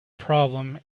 problem